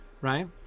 right